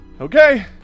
okay